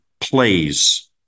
plays